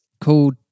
called